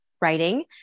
writing